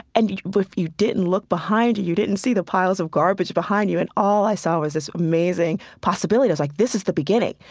and but if you didn't look behind you, you didn't see the piles of garbage behind you. and all i saw was this amazing possibility. i was like, this is the beginning.